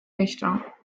richtung